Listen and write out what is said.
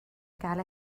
gael